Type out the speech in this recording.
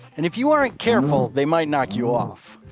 and if you aren't careful, they might knock you off.